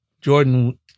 Jordan